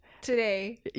today